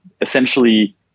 essentially